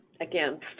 again